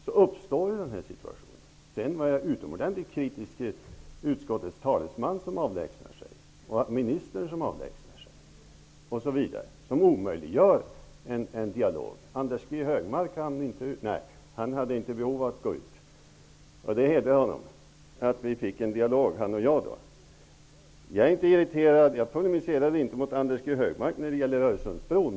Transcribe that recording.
Däremot är jag utomordentligt kritisk mot att utskottets talesman och ministern avlägsnade sig. Det omöjliggör ju en dialog. Anders G Högmark hade inte behov av att lämna kammaren. Det hedrar honom. Då kunde han och jag få en dialog. Jag är inte irriterad, och jag polemiserar inte mot Anders G Högmark om Öresundsbron.